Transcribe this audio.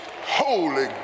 Holy